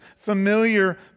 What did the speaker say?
familiar